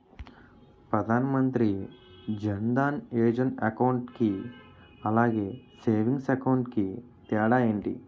Pradhan Mantri Jan Dhan Yojana account కి అలాగే savings account కి తేడా ఏంటి?